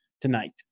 tonight